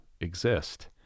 exist